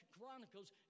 Chronicles